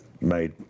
made